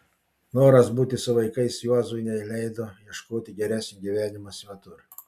noras būti su vaikais juozui neleido ieškoti geresnio gyvenimo svetur